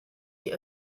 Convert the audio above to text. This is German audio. die